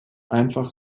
einfach